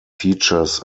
features